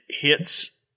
hits